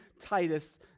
Titus